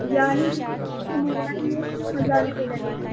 یعنی آپ کے موبائل میں تین ہزار روپے لگیں گے